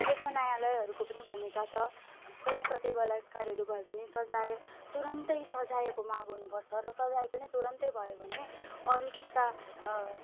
यसमा न्यायलयहरूको पनि भूमिका छ कहीँ कतै बलात्कारहरू भयो भने सजाय तुरन्तै सजायको माँग हुनुपर्छ र सजाय पनि तुरन्तै भयो भने अरू त्यस्ता